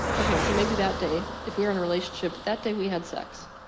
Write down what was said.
ok, so maybe that day, if we're in a relationship, that day we had sex.